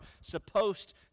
supposed